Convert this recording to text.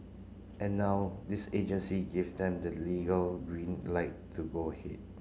and now this agency give them the legal green light to go ahead